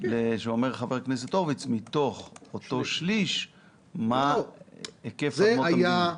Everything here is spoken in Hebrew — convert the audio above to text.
שאומר חבר הכנסת הורוביץ שמתוך אותו שליש מה היקף אדמות המדינה.